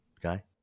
guy